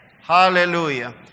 Hallelujah